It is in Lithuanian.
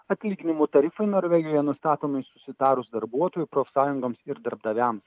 atlyginimų tarifai norvegijoje nustatomi susitarus darbuotojų profsąjungoms ir darbdaviams